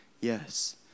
Yes